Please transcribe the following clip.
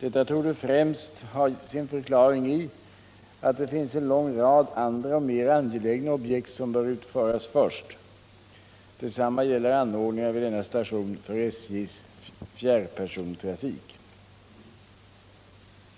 Detta torde främst ha sin förklaring i att det finns en lång rad andra och mer angelägna objekt som bör utföras först. Detsamma gäller anordningarna vid denna station för SJ:s fjärrpersontrafik.